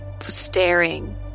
staring